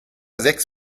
sechs